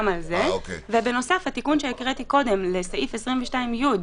בנוסף, התיקון שקראתי קודם לסעיף 22י,